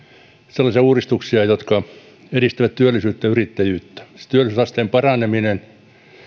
sellaisia uudistuksia jotka edistävät työllisyyttä yrittäjyyttä työllisyysasteen paraneminen